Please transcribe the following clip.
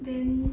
then